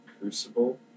Crucible